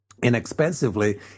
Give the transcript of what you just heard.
inexpensively